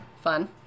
Fun